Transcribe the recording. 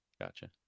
gotcha